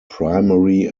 primary